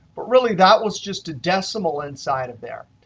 but really that was just a decimal inside of there.